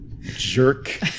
Jerk